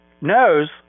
knows